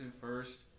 first